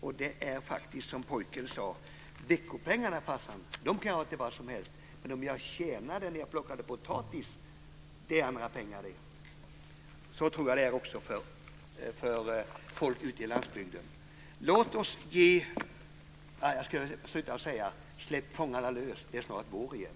Det påminner om det som pojken sade: Veckopengarna, farsan, kan jag använda till vad som helst, men de pengar som jag tjänade när jag plockade potatis är det annat med. Så tror jag att det är också för folk ute i landsbygden. Jag skulle till slut vilja säga: Släpp fångarna loss! Det är snart vår igen.